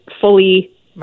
fully